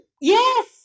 Yes